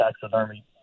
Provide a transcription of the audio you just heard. taxidermy